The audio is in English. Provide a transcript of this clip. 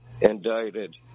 indicted